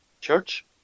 church